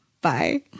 Bye